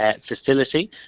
facility